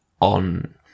on